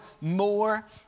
more